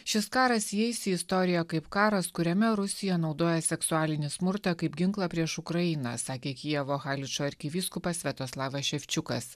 šis karas įeis į istoriją kaip karas kuriame rusija naudoja seksualinį smurtą kaip ginklą prieš ukrainą sakė kijevo haličo arkivyskupas sviatoslavas ševčiukas